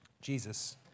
Jesus